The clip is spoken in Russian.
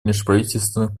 межправительственных